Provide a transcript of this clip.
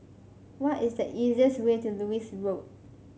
what is the easiest way to Lewis Road